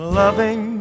loving